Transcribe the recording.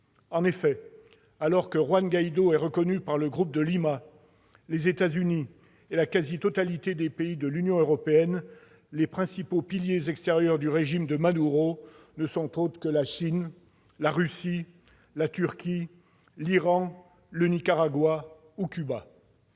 En effet, alors que Juan Guaidó est reconnu par le Groupe de Lima, les États-Unis et la quasi-totalité des pays de l'Union européenne, les principaux piliers extérieurs du régime de Maduro ne sont autres que la Chine, la Russie, la Turquie, l'Iran, le Nicaragua et Cuba.